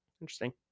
interesting